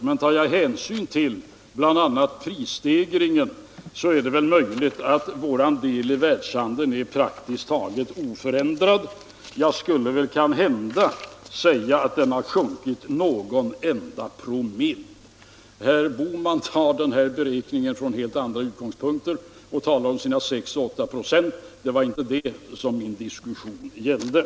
Men tar jag hänsyn till bl.a. prisstegringen så är det väl möjligt att vår del i världshandeln är praktiskt taget oförändrad. Jag skulle kanhända säga att den har sjunkit någon enda promille. Men herr Bohman ser den här beräkningen från helt andra utgångspunkter och talar om sina 6 och 8 96. Det var inte det som min diskussion gällde.